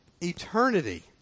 Eternity